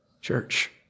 church